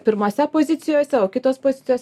pirmose pozicijose o kitos pozicijos